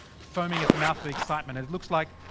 foaming at the mouth with excitement it it looks like,